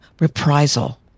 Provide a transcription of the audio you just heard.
reprisal